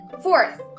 fourth